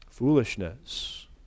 foolishness